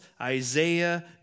Isaiah